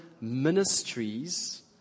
ministries